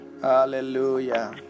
Hallelujah